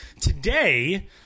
Today